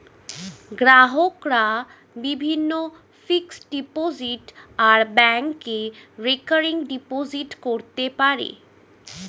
গ্রাহকরা বিভিন্ন fixed deposit আর ব্যাংকে রেকারিং ডিপোজিট করতে পারে